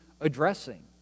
addressing